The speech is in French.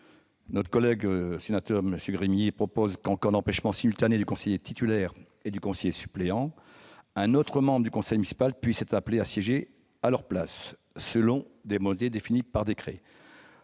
le maire. M. Gremillet propose que, en cas d'empêchements simultanés du conseiller titulaire et du conseiller suppléant, un autre membre du conseil municipal puisse être appelé à siéger à leur place, selon des modalités définies par décret.